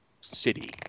city